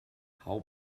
hau